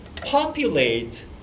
populate